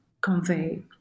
convey